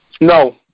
No